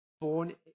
born